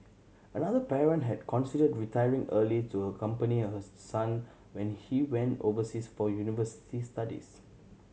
another parent had considered retiring early to accompany her son when he went overseas for university studies